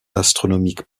astronomiques